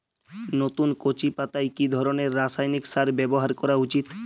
নতুন কচি পাতায় কি ধরণের রাসায়নিক সার ব্যবহার করা উচিৎ?